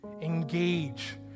engage